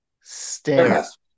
stairs